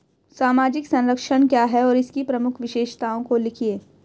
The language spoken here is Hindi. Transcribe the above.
सामाजिक संरक्षण क्या है और इसकी प्रमुख विशेषताओं को लिखिए?